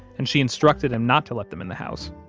and she instructed him not to let them in the house.